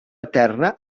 eterna